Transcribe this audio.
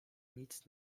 nic